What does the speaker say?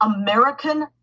American